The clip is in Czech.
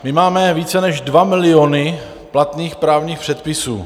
My máme více než dva miliony platných právních předpisů.